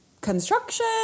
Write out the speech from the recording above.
Construction